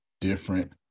different